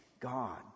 God